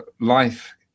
life